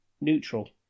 neutral